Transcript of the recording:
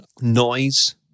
noise